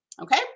Okay